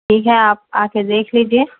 ٹھیک ہے آپ آ کے دیکھ لیجیے